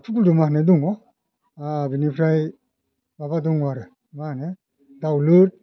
दावथु गुलदुमा होननाय दङ आरो बेनिफ्राय माबा दङ आरो मा होनो दावलुर